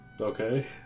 Okay